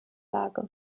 lage